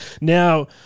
now